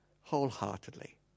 wholeheartedly